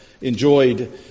enjoyed